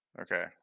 Okay